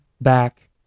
back